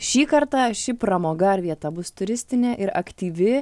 šį kartą ši pramoga ar vieta bus turistinė ir aktyvi